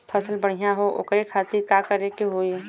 फसल बढ़ियां हो ओकरे खातिर का करे के होई?